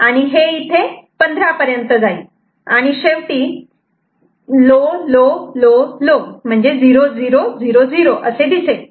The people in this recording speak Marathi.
आणि हे इथे 15 पर्यंत जाईल आणि शेवटी L L L L असे दिसेल